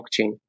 blockchain